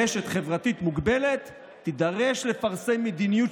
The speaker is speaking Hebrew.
רשת חברתית מוגבלת תידרש לפרסם מדיניות